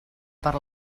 per